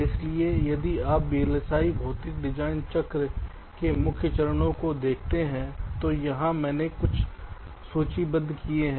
इसलिए यदि आप वीएलएसआई भौतिक डिजाइन चक्र में मुख्य चरणों को देखते हैं तो यहां मैंने कुछ सूचीबद्ध किए हैं